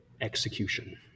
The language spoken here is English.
execution